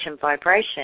vibration